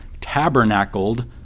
tabernacled